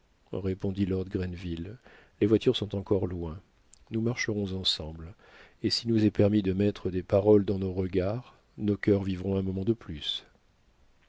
répondit lord grenville les voitures sont encore loin nous marcherons ensemble et s'il nous est permis de mettre des paroles dans nos regards nos cœurs vivront un moment de plus